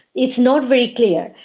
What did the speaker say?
it's not very clear.